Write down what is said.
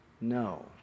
No